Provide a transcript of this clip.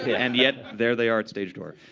and yet, there they are at stage door.